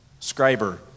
scriber